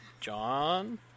John